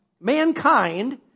Mankind